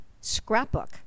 Scrapbook